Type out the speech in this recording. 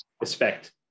respect